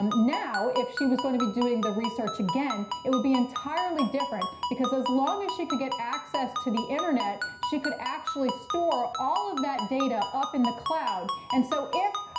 um now, if she was going to be doing the research again, it would be entirely different, because as long as she could get access to the internet, she could actually store on all of that data up in the cloud. and so if,